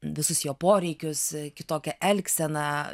visus jo poreikius kitokią elgseną